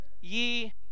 ye